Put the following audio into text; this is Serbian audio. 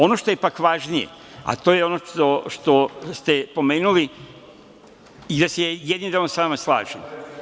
Ono što je pak važnije, a to je ono što ste pomenuli i gde se ja sa jednim delom sa vama slažem.